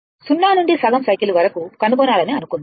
0 నుండి సగం సైకిల్ వరకు కనుగొనాలని అనుకుందాం